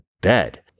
bed